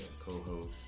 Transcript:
co-host